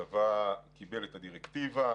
הצבא קיבל את הדירקטיבה.